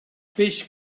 peix